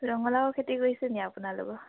ৰঙালাও খেতি কৰিছে নি আপোনালোকৰ